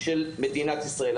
של מדינת ישראל.